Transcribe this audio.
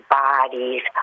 bodies